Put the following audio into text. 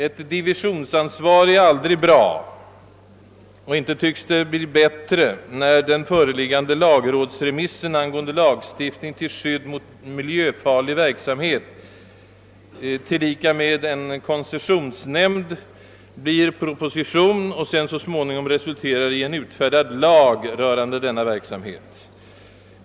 Ett divisionsansvar är aldrig bra, och förhållandena tycks inte bli bättre när den föreliggande lagrådsremissen angående lagstiftning till skydd mot miljöfarlig verksamhet liksom angående en koncessionsnämnd resulterar i en proposition och så småningom i en utfärdad lag rörande denna verksamhet.